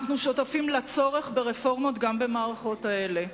אנחנו שותפים לצורך ברפורמות גם במערכות האלה.